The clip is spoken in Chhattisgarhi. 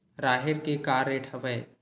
राहेर के का रेट हवय?